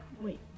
wait